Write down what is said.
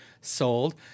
sold